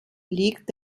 liegt